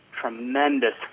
tremendous